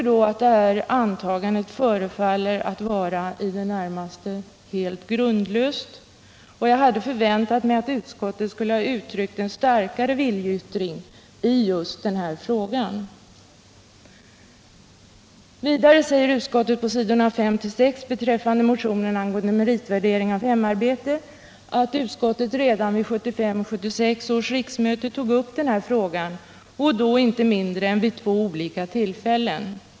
Antagandet förefaller därför vara i det närmaste helt grundlöst, och jag hade förväntat mig att utskottet skulle ha redovisat en starkare viljeyttring i denna fråga. Vidare säger utskottet på s. 5-6 beträffande motionen angående meritvärdering av hemarbete att utskottet redan vid 1975/76 års riksmöte tog upp denna fråga — och då vid inte mindre än två olika tillfällen.